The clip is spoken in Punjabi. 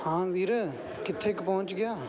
ਹਾਂ ਵੀਰ ਕਿੱਥੇ ਕੁ ਪਹੁੰਚ ਗਿਆ